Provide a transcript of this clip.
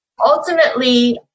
ultimately